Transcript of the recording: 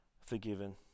forgiven